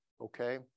Okay